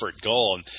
goal